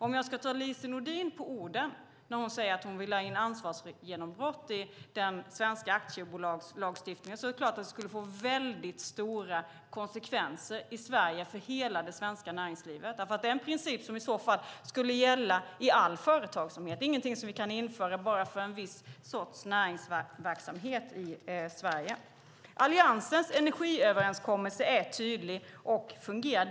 Om jag skulle ta Lise Nordin på orden när hon säger att hon vill ha in ansvarsgenombrott i den svenska aktiebolagslagstiftningen skulle det få mycket stora konsekvenser för hela det svenska näringslivet. Det är en princip som i så fall skulle gälla i all företagsamhet. Det är ingenting som vi kan införa bara för en viss sorts näringsverksamhet i Sverige. Alliansens energiöverenskommelse är tydlig och fungerar.